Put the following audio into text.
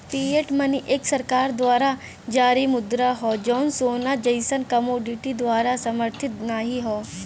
fiat money एक सरकार द्वारा जारी मुद्रा हौ जौन सोना जइसन कमोडिटी द्वारा समर्थित नाहीं हौ